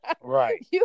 Right